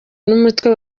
n’umutwe